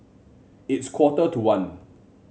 its quarter to one